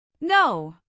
No